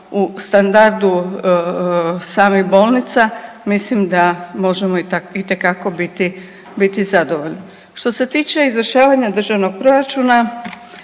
u standardu samih bolnica mislim da možemo itekako biti zadovoljni. Što se tiče izvršavanja državnog proračuna